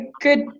good